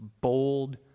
bold